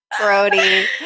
Brody